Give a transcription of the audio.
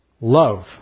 Love